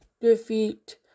defeat